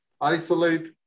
Isolate